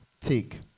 take